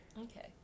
Okay